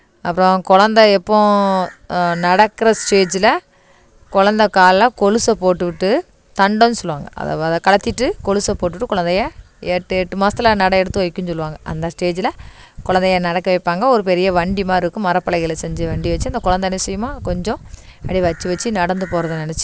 அப்புறம் குழந்த எப்போம் நடக்கிற ஸ்டேஜ்ஜியில் குழந்த காலில் கொலுசை போட்டுவிட்டு தண்டன்னு சொல்லுவாங்க அதை வத கழட்டிட்டு கொலுசு போட்டுவிட்டு குழந்தைய எட்டு எட்டு மாசத்தில் நடை எடுத்து வைக்குன்னு சொல்லுவாங்க அந்த ஸ்டேஜ்ஜில் குழந்தைய நடக்க வைப்பாங்க ஒரு பெரிய வண்டி மாதிரி இருக்கும் மரப்பலகையில் செஞ்ச வண்டியை வச்சு அந்த குழந்த என்ன செய்யுமோ கொஞ்சம் அப்படியே வச்சு வச்சு நடந்து போகிறத நினச்சி